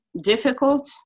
difficult